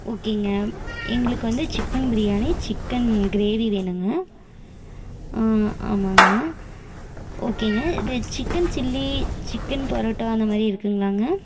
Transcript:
ஓக்கேங்க எங்களுக்கு வந்து சிக்கன் பிரியாணி சிக்கன் கிரேவி வேணுங்க ஆமாங்க ஓக்கேங்க இது சிக்கன் சில்லி சிக்கன் பரோட்டா அந்தமாதிரி இருக்குதுங்களாங்க